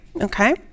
Okay